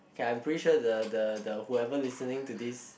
k i'm pretty sure the the the whoever listening to this